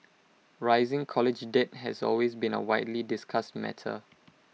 rising college debt has been A widely discussed matter